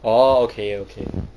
orh okay okay